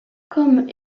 comme